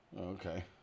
Okay